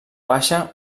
baixa